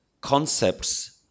concepts